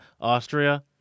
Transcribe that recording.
Austria